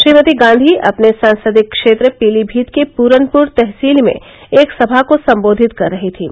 श्रीमती गांधी अपने संसदीय क्षेत्र पीलीमीत के पूरनपूर तहसील में एक सभा को सम्बोधित कर रही थीं